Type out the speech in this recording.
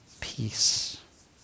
peace